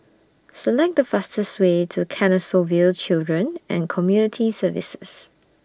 Select The fastest Way to Canossaville Children and Community Services